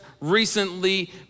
recently